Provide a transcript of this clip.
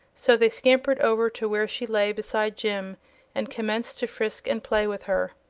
so they scampered over to where she lay beside jim and commenced to frisk and play with her.